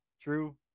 True